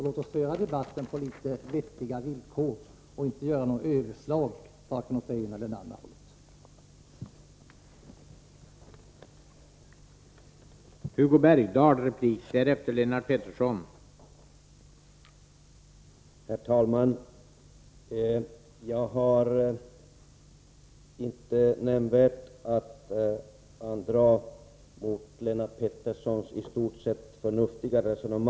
Låt oss föra debatten på vettiga villkor och inte göra några överslag vare sig åt det ena eller det andra hållet.